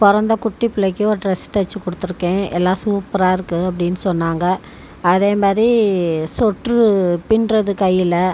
பிறந்த குட்டி புள்ளைக்கு ஒரு ட்ரெஸ் தைச்சி கொடுத்துருக்கேன் எல்லாம் சூப்பராக இருக்குது அப்படின்னு சொன்னாங்கள் அதேமாதிரி சொட்ரு பின்னுறது கையில்